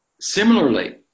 similarly